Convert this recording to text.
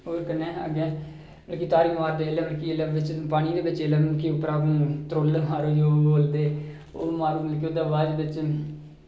और कन्नै अग्गै क्योंकी तारी मारदे जेल्लै मतलब बिच पानी दे बिच जेल्लै ओह् मारदे केह् होंदा बाद बिच